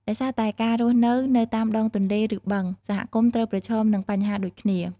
ដោយសារតែការរស់នៅនៅតាមដងទន្លេ ឬបឹង សហគមន៍ត្រូវប្រឈមនឹងបញ្ហាដូចគ្នា។